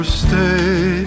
stay